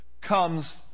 comes